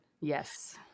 Yes